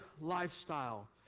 lifestyle